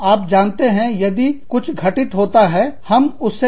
आप जानते हैं यदि कुछ घटित होता है हम उससे निपटते हैं